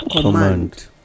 command